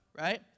right